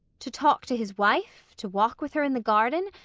to talk to his wife, to walk with her in the garden,